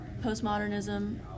postmodernism